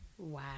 Wow